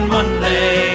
Monday